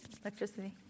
Electricity